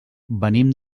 venim